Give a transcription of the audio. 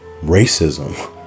racism